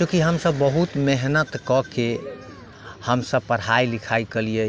चूँकि हमसब बहुत मेहनत कऽके हमसब पढ़ाइ लिखाइ कयलियै